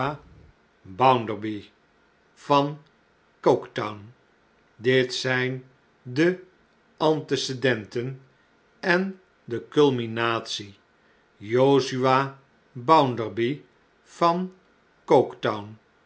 bounderhy van coke town ditzijnde antecedenten en de culminatie josiah bounderby van